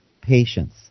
patience